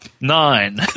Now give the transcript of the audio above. nine